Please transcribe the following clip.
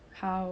ya